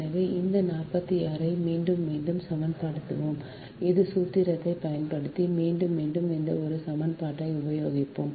எனவே இந்த 46 ஐ மீண்டும் மீண்டும் சமன்படுத்தும் அதே சூத்திரத்தைப் பயன்படுத்தி மீண்டும் மீண்டும் இந்த ஒரு சமன்பாட்டை உபயோகிப்போம்